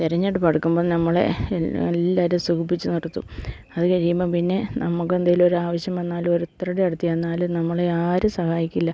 തെരഞ്ഞെടുപ്പ് അടുക്കുമ്പോൾ നമ്മളെ എല്ലാവരും സുഖിപ്പിച്ച് നിർത്തും അത് കഴിയുമ്പം പിന്നെ നമുക്കെന്തേലും ഒരാവശ്യം വന്നാലും ഒരുത്തരുടേയും അടുത്ത് ചെന്നാലും നമ്മളെ ആരും സഹായിക്കില്ല